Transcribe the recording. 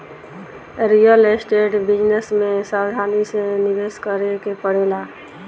real estate business में सावधानी से निवेश करे के पड़ेला